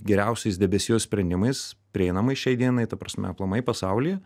geriausiais debesijos sprendimais prieinamais šiai dienai ta prasme aplamai pasaulyje